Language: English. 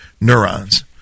neurons